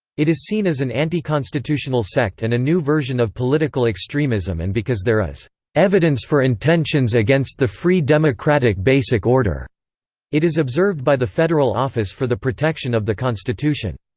it is seen as an anticonstitutional sect and a new version of political extremism and because there is evidence for intentions against the free democratic basic order it is observed by the federal office for the protection of the constitution.